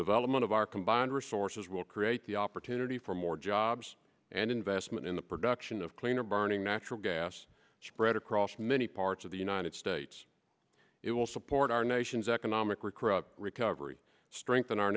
development of our combined resources will create the opportunity for more jobs and investment in the production of cleaner burning natural gas spread across many parts of the united states it will support our nation's economic record recovery strengthen our